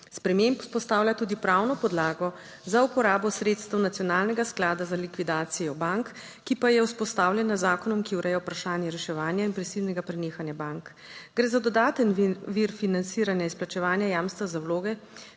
sprememb vzpostavlja tudi pravno podlago za uporabo sredstev Nacionalnega sklada za likvidacijo bank, ki pa je vzpostavljena z zakonom, ki ureja vprašanje reševanja in prisilnega prenehanja bank. Gre za dodaten vir financiranja izplačevanja jamstva za vloge,